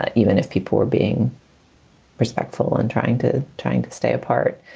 ah even if people are being respectful and trying to trying to stay apart,